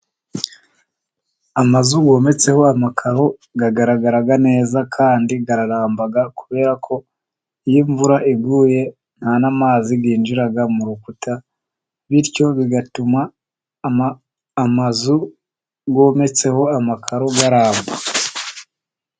Amazu yometseho amakaro agaragara neza kandi araramba kubera ko iyo imvura iguye nta n'amazi yinjira mu rukuta, bityo bigatuma amazu yometseho amakaro aramba.